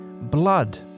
Blood